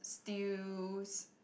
steaws